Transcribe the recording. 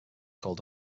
called